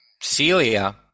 Celia